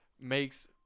makes